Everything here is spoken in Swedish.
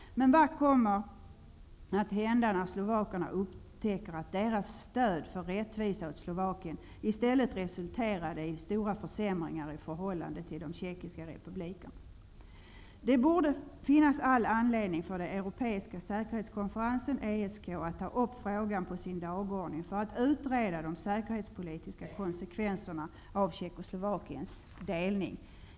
Men vad kommer att hända när slovakerna upptäcker att deras stöd för rättvisa åt Slovakien i stället resulterade i stora försämringar i förhållande till den tjeckiska republiken? Det borde finnas all anledning för den Europeiska säkerhetskonferensen, ESK, att ta upp frågan på sin dagordning, för att utreda de säkerhetspolitiska konsekvenserna av Tjeckoslovakiens delning.